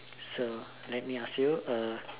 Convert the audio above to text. so let me ask you uh